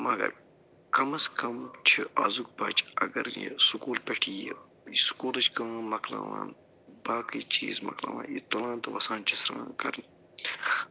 مگر کمس کم چھِ آزُک بچہِ اگر یہِ سُکوٗل پٮ۪ٹھ یِیہِ یہِ سُکوٗلٕچ کٲم مکلاوان باقٕے چیٖز مکلاوان یہِ تُلان تہٕ وَسان چھِ سرٛان کرنہِ